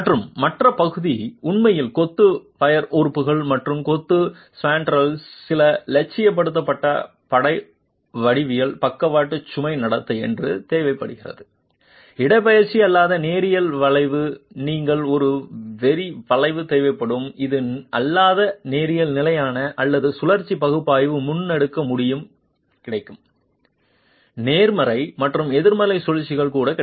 மற்றும் மற்ற பகுதி உண்மையில் கொத்து பையர் கூறுகள் மற்றும் கொத்து ஸ்பேன்ட்ரெல்ஸ் சில இலட்சியப்படுத்தப்பட்ட படை வடிவில் பக்கவாட்டு சுமை நடத்தை என்று தேவைப்படுகிறது இடப்பெயர்ச்சி அல்லாத நேரியல் வளைவு நீங்கள் ஒரு வெறி வளைவு தேவைப்படும் இது அல்லாத நேரியல் நிலையான அல்லது சுழற்சி பகுப்பாய்வு முன்னெடுக்க முடியும் கிடைக்கும் நேர்மறை மற்றும் எதிர்மறை சுழற்சிகள் கூட கிடைக்கும்